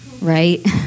right